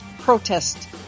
protest